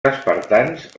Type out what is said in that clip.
espartans